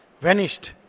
Vanished